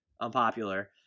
unpopular